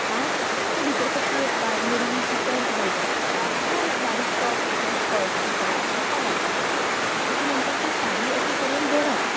आं तूं भितर एक कसली बारीक शी मोडवी शी पेंट घालपा शकता किव्हा एक बारीक सो कसलोय स्कर्ट तुजे कडेन आसल्यार तो घालपा शकता ताजे नंतर ती साडी अशी करून दोडप